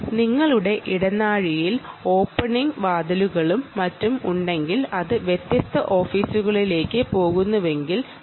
നിങ്ങളുടെ ഇടനാഴിയിൽ വ്യത്യസ്ത ഓഫീസുകളിലേക്ക് പോകുന്നതിനായുള്ള ഓപ്പണിംഗ് വാതിലുകൾ മറ്റും ഉണ്ടാകാം